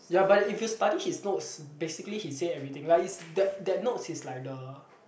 ya but if you study his notes basically he say everything like is that that notes is like the